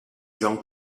john